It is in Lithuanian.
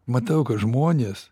matau kad žmonės